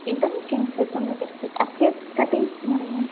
इदं किञ्चित् सम्यगस्ति अस्य कति मूल्यं